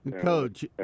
Coach